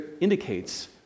indicates